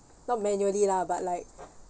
not manually lah but like